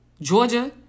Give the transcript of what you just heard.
Georgia